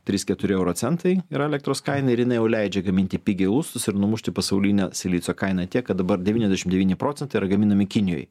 trys keturi euro centai yra elektros kaina ir jinai jau leidžia gaminti pigiai lustus ir numušti pasaulinę silicio kainą tiek kad dabar devyniasdešim devyni procentai yra gaminami kinijoj